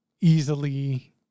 easily